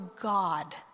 god